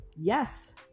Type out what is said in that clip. Yes